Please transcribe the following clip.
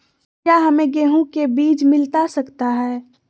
क्या हमे गेंहू के बीज मिलता सकता है?